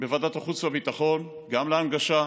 בוועדת חוץ וביטחון, גם להנגשה.